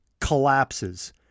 collapses